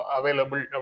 available